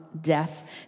death